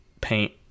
paint